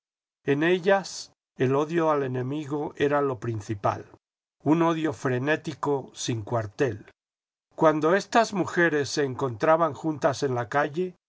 en ellas el odio al enemigo era lo principal un odio frenético sin cuartel cuando estas mujeres se encontraban juntas en la calle